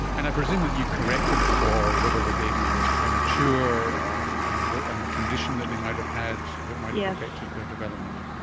and i presume that you corrected for whether the baby was premature um and and the condition that they might have had that might have yeah affected their development?